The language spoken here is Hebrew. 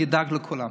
שאני אדאג לכולם.